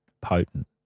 potent